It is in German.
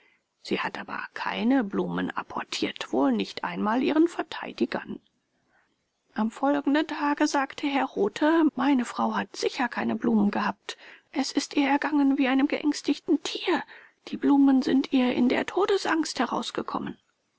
sie hat aber keine blumen apportiert wohl nicht einmal ihren verteidigern am folgenden tage sagte herr rothe meine frau hat sicher keine blumen gehabt es ist ihr ergangen wie einem geängstigten tier die blumen sind ihr in der todesangst herausgekommen